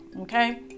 Okay